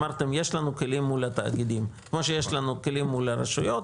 אמרתם: יש לנו כלים מול התאגידים כמו שיש לנו כלים מול הרשויות.